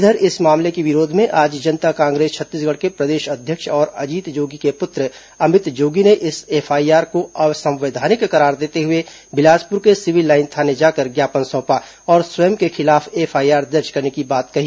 इधर इस मामले के विरोध में आज जनता कांग्रेस छत्तीसगढ़ के प्रदेश अध्यक्ष और अजीत जोगी के पुत्र अमित जोगी ने इस एफआईआर को असंवैधानिक करार देते हुए बिलासपुर के सिविल लाइन थाने जाकर ज्ञापन सौंपा और स्वयं के खिलाफ एफआईआर दर्ज करने की बात कही